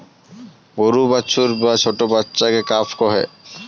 গরুর বাছুর বা ছোট্ট বাচ্চাকে কাফ কহে